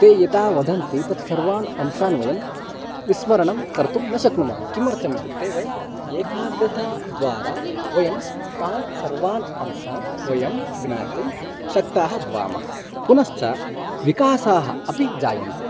ते यथा वदन्ति सर्वान् अंशान् वयं विस्मर्तुं कर्तुं न शक्नुमः किमर्तम् इत्युक्ते वयम् एकाग्रता द्वारा वयं तान् सर्वान् अंशान् वयं ज्ञातुं शक्ताः भवामः पुनश्च विकासः अपि जायते